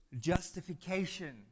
justification